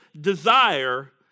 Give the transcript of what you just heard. desire